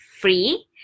free